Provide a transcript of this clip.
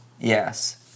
Yes